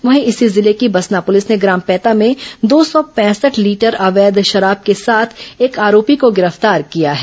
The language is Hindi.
वहीं इसी जिले की बसना पुलिस ने ग्राम पैता में दो सौ पैंसठ लीटर अवैध शराब के साथ एक आरोपी को गिरफ्तार किया है